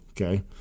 okay